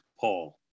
Paul